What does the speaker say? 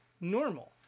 normal